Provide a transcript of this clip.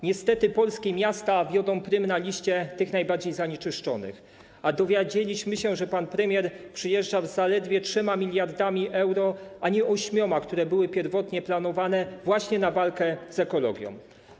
Niestety polskie miasta wiodą prym na liście tych najbardziej zanieczyszczonych, a dowiedzieliśmy się, że pan premier przyjeżdża z zaledwie 3 mld euro, a nie 8, które były pierwotnie planowane właśnie na walkę wspierającą ekologię.